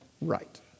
Right